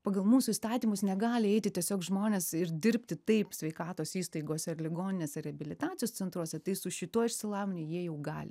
pagal mūsų įstatymus negali eiti tiesiog žmonės ir dirbti taip sveikatos įstaigose ligoninėse reabilitacijos centruose tai su šituo išsilavinimu jie jau gali